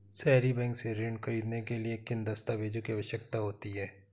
सहरी बैंक से ऋण ख़रीदने के लिए किन दस्तावेजों की आवश्यकता होती है?